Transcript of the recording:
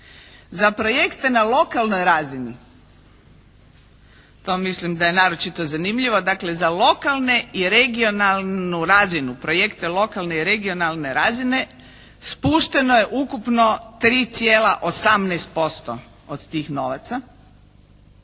Za projekte na lokalnoj razini to mislim da je naročito zanimljivo, dakle za lokalne i regionalnu razinu projekta lokalne i regionalne razine spušteno je ukupno 3,18% od tih novaca,